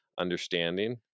understanding